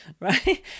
right